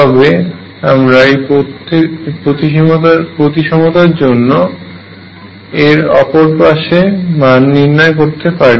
তবে আমরা এই প্রতিসমতার জন্য এর অপর পাশে মান নির্ণয় করতে পারি